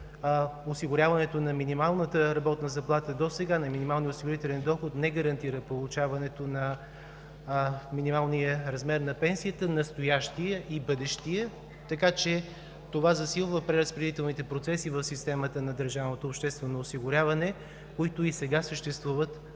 осигуряването на минималната работна заплата досега на минималния осигурителен доход не гарантира получаването на минималния размер на пенсиите – настоящия и бъдещия, така че това засилва преразпределителните процеси в системата на държавното обществено осигуряване, които и сега съществуват. Тоест